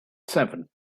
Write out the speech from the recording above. seven